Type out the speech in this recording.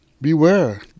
Beware